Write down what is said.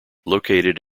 located